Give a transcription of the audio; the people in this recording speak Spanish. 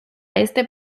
este